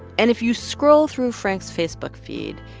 and if you scroll through frank's facebook feed,